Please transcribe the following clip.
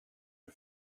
you